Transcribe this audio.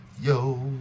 yo